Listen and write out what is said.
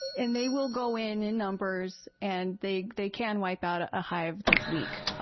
and they will go in in numbers, and they they can wipe out a ah hive that's weak.